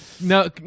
No